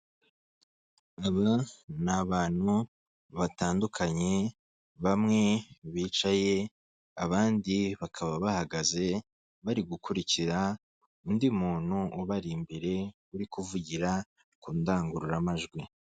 Aba ni abantu batandukanye, bamwe bicaye, abandi bakaba bahagaze, bari gukurikira undi muntu ubari imbere uri kuvugira ku ndangururamajwi.